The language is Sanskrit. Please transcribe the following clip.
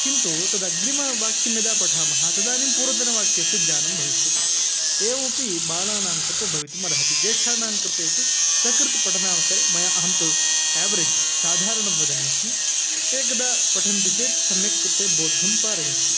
किन्तु तदग्रिमवाक्यं यदा पठामः तदानीं पूर्वतनवाक्यस्य ज्ञानं भविष्यति एवमपि बालानां कृते भवितुमर्हति ज्येष्ठानां कृते तु सकृत् पठनावसरे मया अहं तु एवरेज् साधारणं वदन्नस्मि एकदा पठन्ति चेत् सम्यक् ते बोद्धुं पारयन्ति